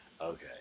Okay